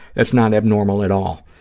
that's not abnormal at all.